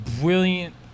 brilliant